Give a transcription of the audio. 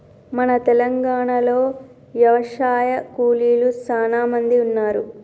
మన తెలంగాణలో యవశాయ కూలీలు సానా మంది ఉన్నారు